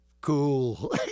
Cool